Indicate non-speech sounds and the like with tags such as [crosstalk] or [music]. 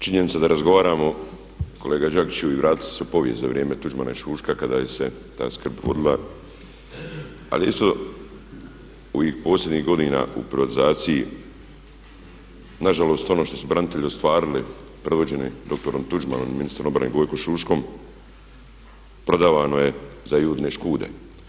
Činjenica da razgovaramo, kolega Đakiću i vratite se u povijest za vrijeme Tuđmana i Šuška kada se … [unintelligible] Ali je isto u ovih posljednjih godina u privatizaciji nažalost ono što su branitelji ostvarili predvođeni dr. Tuđmanom i ministrom obrane Gojkom Šuškom prodavano je za Judine škude.